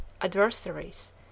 adversaries